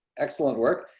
excellent work.